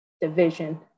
division